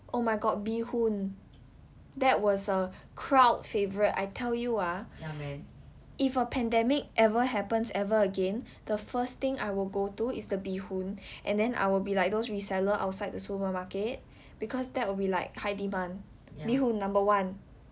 oh my god bee hoon that was a crowd favourite I tell you ah if a pandemic ever happens ever again the first thing I will go to is the bee hoon and then I will be like those reseller outside the supermarket because that will be like high demand bee hoon number one